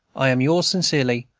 i am yours, sincerely,